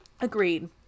Agreed